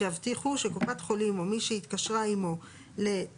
שיבטיחו שקופת חולים או מי שהיא התקשרה עמו לצורך